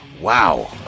wow